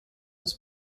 was